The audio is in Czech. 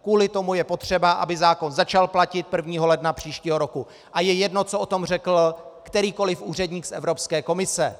Kvůli tomu je potřeba, aby zákon začal platit 1. ledna příštího roku, a je jedno, co o tom řekl kterýkoliv úředník Evropské komise.